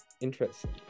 Interesting